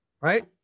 right